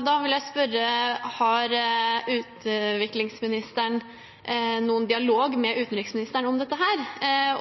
Da vil jeg spørre: Har utviklingsministeren noen dialog med utenriksministeren om dette,